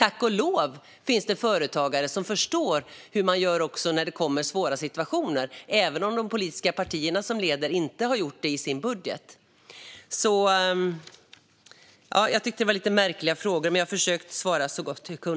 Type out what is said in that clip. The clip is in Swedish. Tack och lov finns det företagare som förstår hur man gör också när det kommer svåra situationer även om de politiska partier som leder Sverige inte har gjort det i sin budget. Jag tyckte alltså att det var lite märkliga frågor, men jag har försökt svara så gott jag kan.